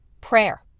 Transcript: prayer